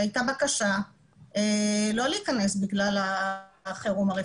הייתה בקשה לא להיכנס בגלל מצב החירום הרפואי.